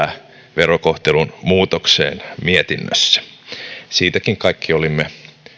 verokohtelun muutokseen mietinnössä siitäkin kaikki olimme